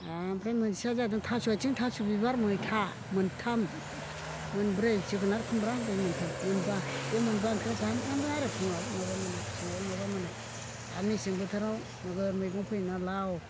ओमफ्राय मोनसेया जादों थास' आइथिं थास' बिबार मैथा मोनथाम मोनब्रै जोगोनार खुमब्रा ओमफ्राय मोनथाम मोनबा बे मोनबा ओंख्रिया सानफ्रोमबो आरो फुङाव नङाबा मोनायाव फुङाव नङाबा मोनायाव आरो मेसें बोथोराव नोगोद मैगं फोयोना लाव